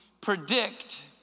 predict